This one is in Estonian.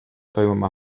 toimuma